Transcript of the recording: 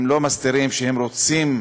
הם לא מסתירים שהם רוצים